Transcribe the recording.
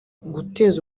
guteza